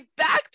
backpack